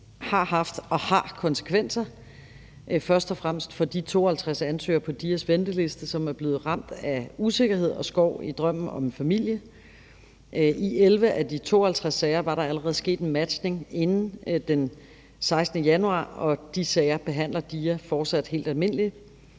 har haft og har konsekvenser, først og fremmest for de 52 ansøgere på DIA's venteliste, som er blevet ramt af usikkerhed og skår i drømmen om en familie. I 11 af de 52 sager var der allerede sket matchning inden den 16. januar, og de sager behandler DIA fortsat helt almindeligt,